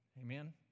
Amen